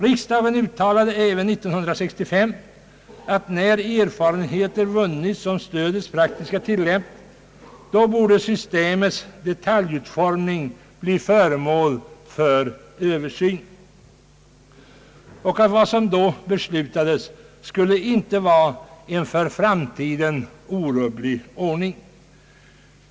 Riksdagen uttalade 1965 att när erfarenheter vunnits om stödets praktiska tillämpning borde systemets detaljutformning bli föremål för översyn samt att vad som då beslutades inte skulle vara en för framtiden orubblig ordning.